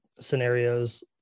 scenarios